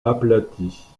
aplatie